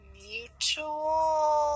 mutual